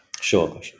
Sure